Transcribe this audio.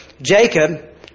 Jacob